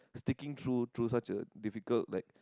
sticking through through such a difficult like